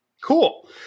Cool